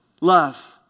love